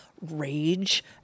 rage